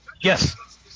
Yes